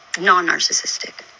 Non-narcissistic